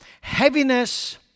heaviness